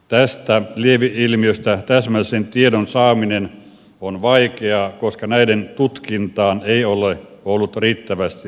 tästä lieveilmiöstä täsmällisen tiedon saaminen on vaikeaa koska näiden tutkintaan ei ole ollut riittävästi resursseja